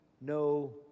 no